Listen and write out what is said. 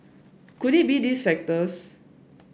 could it be these factors